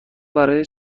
برای